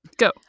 Go